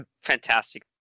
fantastic